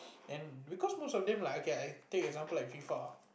and because most of them like I can I I take example like F_I_F_A